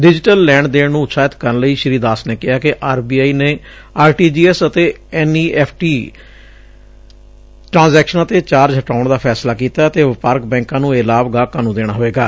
digital ਲੈਣ ਦੇਣ ਨੁੰ ਉਤਸ਼ਾਹਿਤ ਕਰਨ ਲਈ ਸ੍ਰੀ ਦਾਸ ਨੇ ਕਿਹਾ ਕਿ ਆਰ ਬੀ ਆਈ ਨੇ ਆਰ ਟੀ ਜੀ ਐਸ ਅਤੇ ਐਨ ਈ ਐਫ਼ ਟੀ ਟਰਾਂਸੈਕਸ਼ਨਾਂ ਤੇ ਚਾਰਜ ਹਟਾਉਣ ਦਾ ਫੈਸਲਾ ਕੀਤੈ ਅਤੇ ਵਪਾਰਕ ਬੈਂਕਾਂ ਨੁੰ ਇਹ ਲਾਭ ਗਾਹਕਾਂ ਨੁੰ ਦੇਣਾ ਹੋਏਗਾ